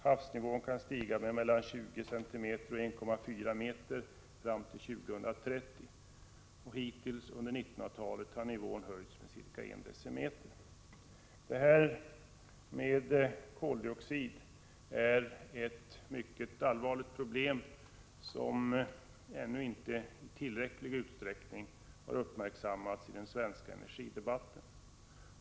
Havsnivån kan stiga med mellan 20 cm och 1,4 m fram till år 2030. Hittills under 1900-talet har nivån höjts med ca I dm. Detta med koldioxid är ett mycket allvarligt problem, som ännu inte i tillräcklig utsträckning har uppmärksammats i den svenska energidebatten.